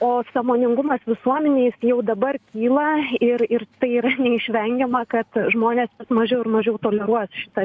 o sąmoningumas visuomenėj jis jau dabar kyla ir ir tai yra neišvengiama kad žmonės mažiau ir mažiau toleruos šitą